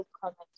comments